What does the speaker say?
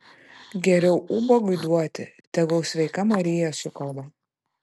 geriau ubagui duoti tegul sveika marija sukalba